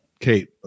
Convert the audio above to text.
Kate